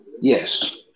Yes